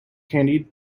candy